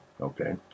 okay